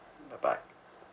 bye bye